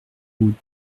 route